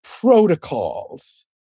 protocols